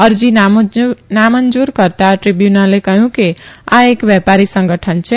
અરજી નામંજુર કરતા દ્રીબ્યુનલે કહયું કે ા એક વેપારી સંગઠન છે